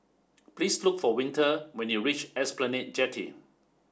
please look for Winter when you reach Esplanade Jetty